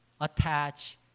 attach